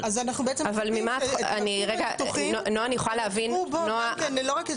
נעה, אני יכולה להבין ממה את